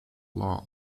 law